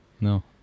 No